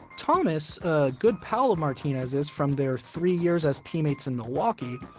thomas, a good pal of martinez's from their three years as teammates in milwaukee,